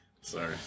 Sorry